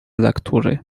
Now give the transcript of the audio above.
lektury